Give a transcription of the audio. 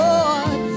Lord